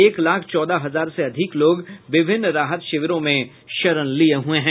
एक लाख चौदह हजार से अधिक लोग विभिन्न राहत शिविरों में शरण लिये हुए हैं